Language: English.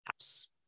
house